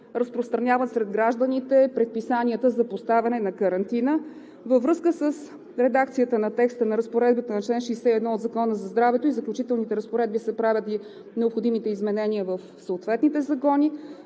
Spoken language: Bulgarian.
разпространяват сред гражданите предписанията за поставяне на карантина. Във връзка с редакцията на текста на разпоредбата на чл. 61 от Закона за здравето и Заключителните разпоредби се правят необходимите изменения в съответните закони.